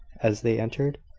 as they entered.